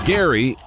Gary